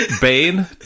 Bane